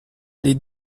des